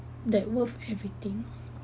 that worth everything